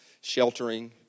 sheltering